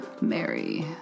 Mary